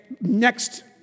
next